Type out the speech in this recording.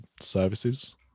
services